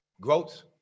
growth